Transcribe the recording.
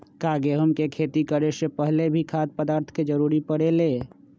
का गेहूं के खेती करे से पहले भी खाद्य पदार्थ के जरूरी परे ले?